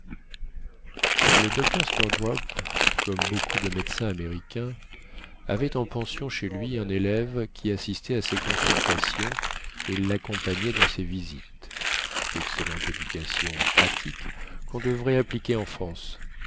le dr snowdrop comme beaucoup de médecins américains avait en pension chez lui un élève qui assistait à ses consultations et laccompagnait dans ses visites excellente éducation pratique quon devrait appliquer en france